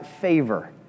favor